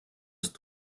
ist